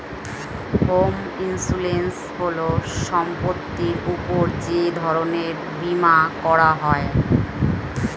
home insurance হল সম্পত্তির উপর যে ধরনের বীমা করা হয়